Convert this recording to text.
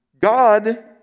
God